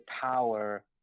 power